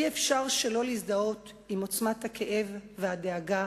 אי-אפשר שלא להזדהות עם עוצמת הכאב והדאגה